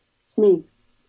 snakes